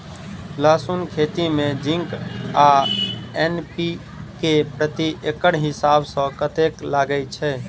लहसून खेती मे जिंक आ एन.पी.के प्रति एकड़ हिसाब सँ कतेक लागै छै?